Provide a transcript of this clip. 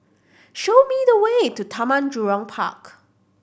show me the way to Taman Jurong Park